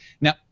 Now